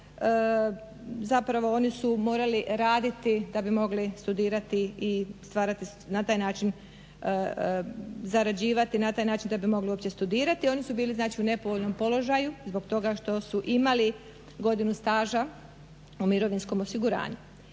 zapravo oni su morali raditi da bi mogli studirati i stvarati na taj način, zarađivati na taj način, da bi uopće mogli studirati. Oni su bili znači u nepovoljnom položaju zbog toga što su imali godinu staža u mirovinskom osiguranju.